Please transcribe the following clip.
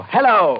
Hello